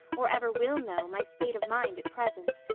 or ever will know, my state of mind at present.